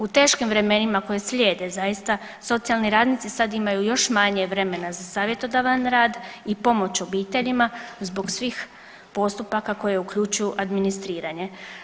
U teškim vremenima koje slijede zaista socijalni radnici sad imaju još manje vremena za savjetodavan rad i pomoć obiteljima zbog svih postupaka koje uključuju administriranje.